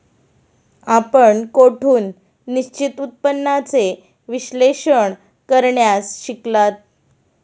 आपण कोठून निश्चित उत्पन्नाचे विश्लेषण करण्यास शिकलात?